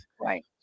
Right